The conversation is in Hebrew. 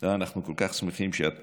לא, אנחנו כל כך שמחים שאת פה.